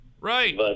Right